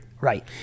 Right